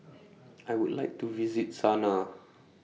I Would like to visit Sanaa